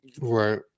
right